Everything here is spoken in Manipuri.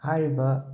ꯍꯥꯏꯔꯤꯕ